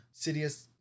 Sidious